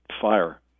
fire